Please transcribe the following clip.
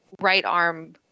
right-arm